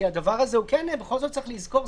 כי הדבר הזה בכל זאת צריך לזכור,